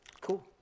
Cool